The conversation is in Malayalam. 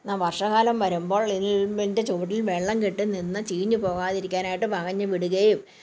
എന്നാൽ വർഷകാലം വരുമ്പോൾ ഇളിമ്പിൻ്റെ ചുവട്ടിൽ വെള്ളം കെട്ടി നിന്ന് ചീഞ്ഞു പോകാതിരിക്കാനായിട്ട് വകഞ്ഞ് വിടുകയും